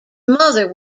mother